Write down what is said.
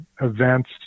events